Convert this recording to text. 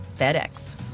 FedEx